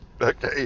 okay